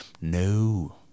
No